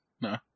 no